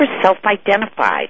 self-identified